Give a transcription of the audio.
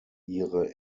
ihre